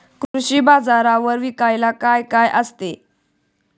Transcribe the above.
कृषी बाजारावर विकायला काय काय असते?